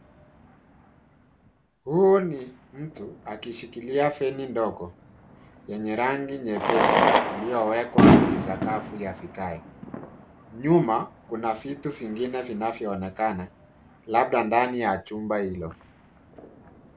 Huu ni mtu akishikilia feni ndogo yenye rangi nyeupe iliyowekwa kwenye sakafu ya vigae. Nyuma kuna vitu vingine vinavyoonekana, labda ndani ya chumba hilo.